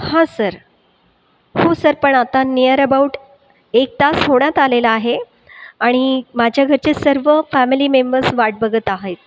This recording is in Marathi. हा सर हो सर पण आता निअर अबाउट एक तास होण्यात आलेला आहे आणी माझ्या घरचे सर्व फॅमिली मेंबर्स वाट बघत आहेत